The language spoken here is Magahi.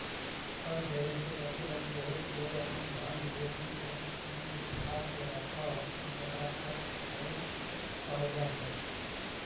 कर देवे से बचे लगी बहुत लोग अपन धन विदेशी बैंक में छुपा के रखऽ हथि जेकरा टैक्स हैवन कहल जा हई